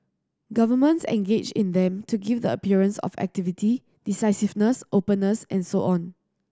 governments engage in them to give the appearance of activity decisiveness openness and so on